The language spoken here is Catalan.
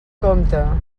compte